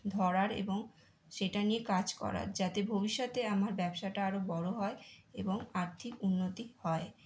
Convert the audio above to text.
ধরার এবং সেটা নিয়ে কাজ করার যাতে ভবিষ্যতে আমার ব্যবসাটা আরও বড়ো হয় এবং আর্থিক উন্নতি হয়